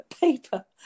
Paper